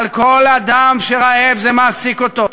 אבל כל אדם שרעב, זה מעסיק אותו.